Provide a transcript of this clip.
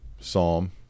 psalm